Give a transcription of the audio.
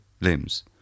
limbs